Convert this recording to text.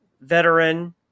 veteran